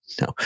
No